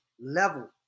level